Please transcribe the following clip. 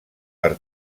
per